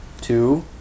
two